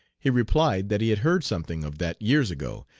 he replied that he had heard something of that years ago,